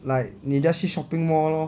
like 你 just 去 shopping mall lor